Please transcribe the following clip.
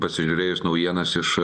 pasižiūrėjus naujienas iš